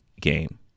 game